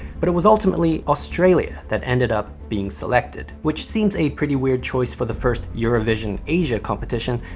but it was ultimately australia that ended up being selected, which seems a pretty weird choice for the first eurovision asia competition,